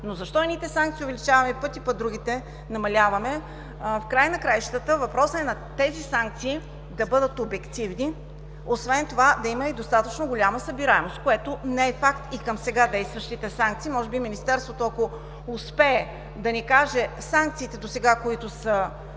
но защо едните санкции увеличаваме в пъти, а пък другите – намаляваме? В края на краищата, въпросът е тези санкции да бъдат обективни, освен това да има и достатъчно голяма събираемост, което не е факт и за сега действащите санкции. Може би Министерството, ако успее да ни каже за санкциите, които са